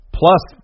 plus